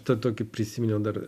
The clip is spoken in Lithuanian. tad tokį prisiminiau dar